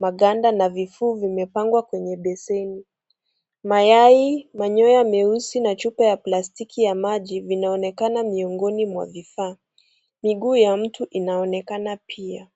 maganda na vifuu vimepangwa kwenye beseni. Mayai, manyoya meusi na chupa ya plastiki ya maji vinaonekana miongoni mwa vifaa. Miguu ya mtu inaonekana pia.